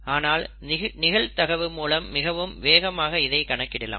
ஆனால் நிகழ்தகவு மூலம் மிகவும் வேகமாக இதை கணக்கிடலாம்